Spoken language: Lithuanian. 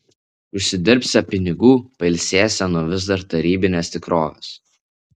užsidirbsią pinigų pailsėsią nuo vis dar tarybinės tikrovės